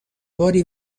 باری